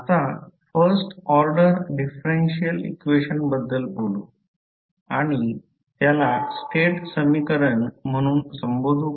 आता first order differential equation बद्दल बोलू आणि त्याला स्टेट समीकरण म्हणून संबोधू का